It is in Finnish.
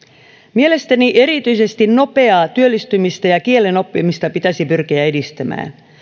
mielestäni erityisesti nopeaa työllistymistä ja kielen oppimista pitäisi pyrkiä edistämään